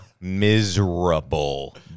Miserable